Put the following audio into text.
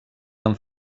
van